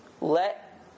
Let